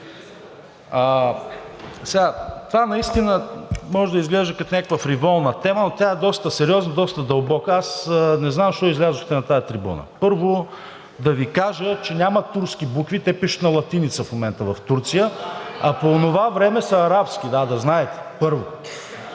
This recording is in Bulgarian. Това наистина може да изглежда като някаква фриволна тема, но тя е доста сериозна, доста дълбока и аз не знам защо излязохте на тази трибуна. Първо да Ви кажа, че няма турски букви. В момента в Турция пишат на латиница, а по онова време са арабски – да знаете. Второ,